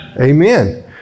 Amen